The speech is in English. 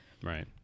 Right